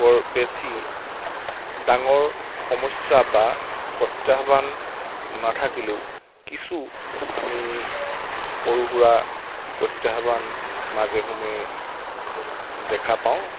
বৰ বেছি ডাঙৰ সমস্যা বা প্ৰত্যাহ্বান নাথাকিলেও কিছু আমি সৰু সুৰা প্ৰত্যাহ্বান মাজে সময়ে দেখা পাওঁ